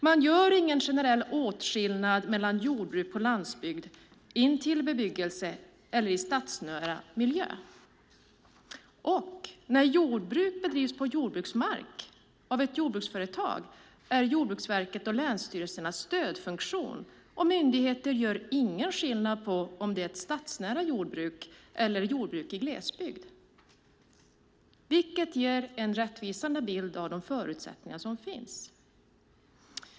Man gör ingen generell åtskillnad mellan jordbruk på landsbygd intill bebyggelse och i stadsnära miljö. När jordbruk bedrivs på jordbruksmark av ett jordbruksföretag är Jordbruksverket och länsstyrelserna stödfunktioner. Myndigheterna gör ingen skillnad på om det är ett stadsnära jordbruk eller ett jordbruk i glesbygd, vilket ger en rättvisande bild av de förutsättningar som finns.